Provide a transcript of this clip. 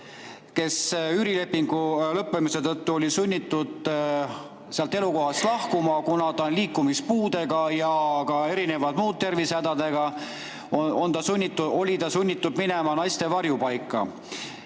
kes üürilepingu lõppemise tõttu oli sunnitud oma elukohast lahkuma, ning kuna ta on liikumispuudega ja ka erinevate muude tervisehädadega, siis oli ta sunnitud minema naiste varjupaika.